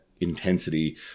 intensity